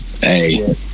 Hey